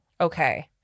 Okay